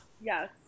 Yes